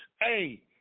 Hey